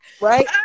Right